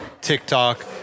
TikTok